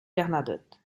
bernadotte